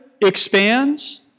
expands